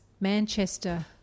Manchester